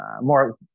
more